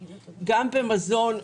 במזון,